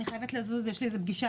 אבל חייבים כל הזמן להגדיל את המלאי.